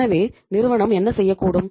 எனவே நிறுவனம் என்ன செய்ய கூடும்